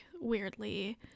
weirdly